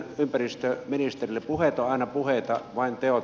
puheet ovat aina puheita vain teot ratkaisevat